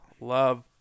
love